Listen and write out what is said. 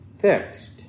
fixed